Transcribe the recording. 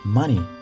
money